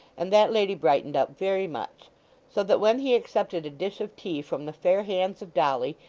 and that lady brightened up very much so that when he accepted a dish of tea from the fair hands of dolly,